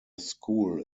school